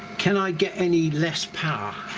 can i get any less power